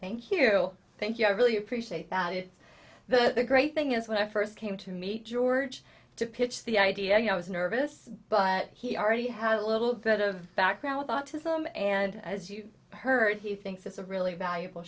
thank you thank you i really appreciate about it but the great thing is when i first came to meet george to pitch the idea you know i was nervous but he already had a little bit of background with autism and as you heard he thinks it's a really valuable